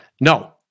No